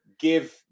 give